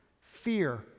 Fear